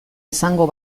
izango